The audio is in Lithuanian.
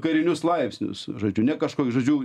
karinius laipsnius žodžiu ne kažkoks žodžiu